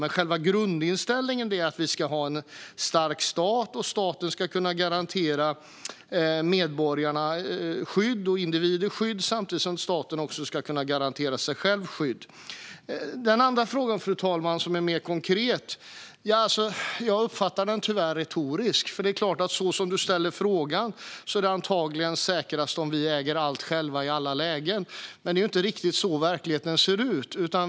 Men själva grundinställningen är att vi ska ha en stark stat och att staten ska kunna garantera medborgare och individer skydd samtidigt som staten ska kunna garantera sig själv skydd. Den andra frågan, fru talman, är mer konkret. Jag uppfattar den tyvärr som retorisk. Det är klart att så som ledamoten ställer frågan är det antagligen säkrast om vi äger allt själva i alla lägen. Men det är inte riktigt så verkligheten ser ut.